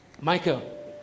michael